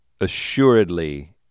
assuredly